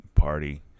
Party